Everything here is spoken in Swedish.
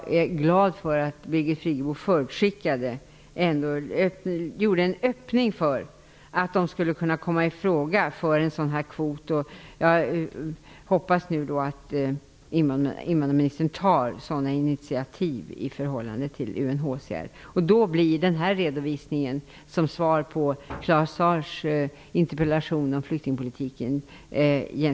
Jag är glad att Birgit Friggebo lämnade en öppning för att de skulle kunna komma i fråga för en sådan här kvot. Jag hoppas nu att invandrarministern tar initiativ i UNHCR. Då blir den här redovisningen komplett, som svar på Claus Zaars interpellation om flyktingpolitiken.